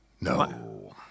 No